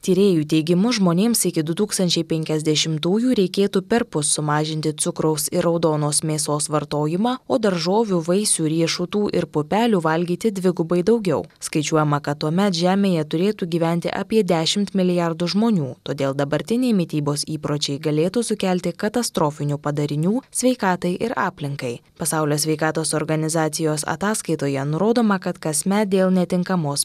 tyrėjų teigimu žmonėms iki du tūkstančiai penkiasdešimtųjų reikėtų perpus sumažinti cukraus ir raudonos mėsos vartojimą o daržovių vaisių riešutų ir pupelių valgyti dvigubai daugiau skaičiuojama kad tuomet žemėje turėtų gyventi apie dešimt milijardų žmonių todėl dabartiniai mitybos įpročiai galėtų sukelti katastrofinių padarinių sveikatai ir aplinkai pasaulio sveikatos organizacijos ataskaitoje nurodoma kad kasmet dėl netinkamos